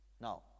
Now